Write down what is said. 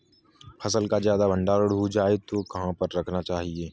फसल का ज्यादा भंडारण हो जाए तो कहाँ पर रखना चाहिए?